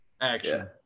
action